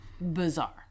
bizarre